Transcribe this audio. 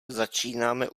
začínáme